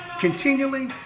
continually